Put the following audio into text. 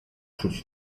czuć